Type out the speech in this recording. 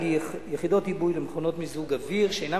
על יחידות עיבוי למכונות מיזוג אוויר שאינם